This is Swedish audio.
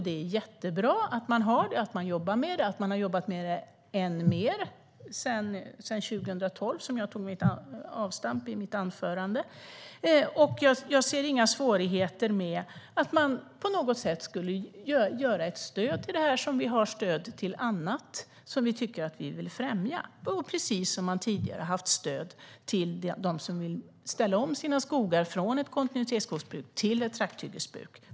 Det är jättebra att man jobbar med det och har jobbat med det än mer sedan 2012, där jag tog avstamp i mitt anförande. Jag ser inga svårigheter med att vi på något sätt skulle ge ett stöd till det här så som vi har stöd till annat som vi tycker att vi vill främja - och precis så som man tidigare haft stöd till dem som vill ställa om sina skogar från kontinuitetsskogsbruk till trakthyggesbruk.